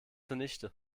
zunichte